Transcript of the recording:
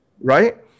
right